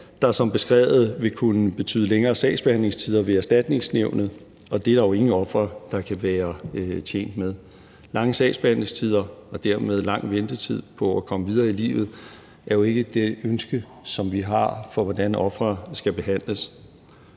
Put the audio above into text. der som beskrevet vil kunne betyde længere sagsbehandlingstider ved Erstatningsnævnet, og det er der jo ingen ofre der kan være tjent med. Lange sagsbehandlingstider og dermed lang ventetid på at komme videre i livet er jo ikke det ønske, vi har for, hvordan ofre skal behandles.